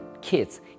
kids